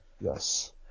Yes